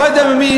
לא יודע ממי,